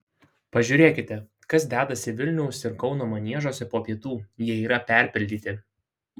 pažiūrėkite kas dedasi vilniaus ir kauno maniežuose po pietų jie yra perpildyti